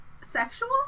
Sexual